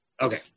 Okay